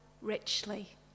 richly